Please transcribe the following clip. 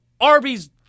Arby's